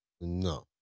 No